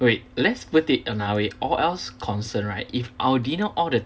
wait let's put it another way or else concern right if I were to dinner out